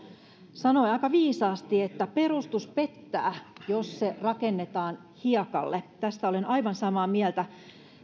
sanoi aika viisaasti että perustus pettää jos se rakennetaan hiekalle tästä olen aivan samaa mieltä